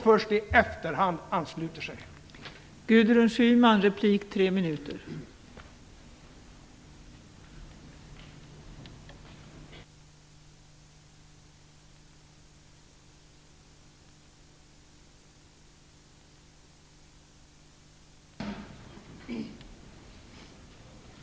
Först i efterhand ansluter man sig.